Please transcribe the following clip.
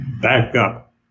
backup